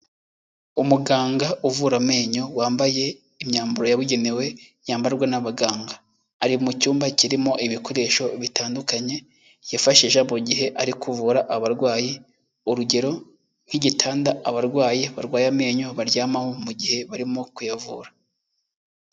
Umuganga uvura amenyo wambaye imyambaro yabugenewe yambarwa n'abaganga, ari mu cyumba kirimo ibikoresho bitandukanye yafashijebo gihe ari kuvura abarwayi, urugero: nk'igitanda abarwayi barwaye amenyo baryamaho mu gihe barimo kuyavura.